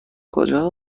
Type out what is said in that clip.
کجا